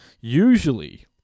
usually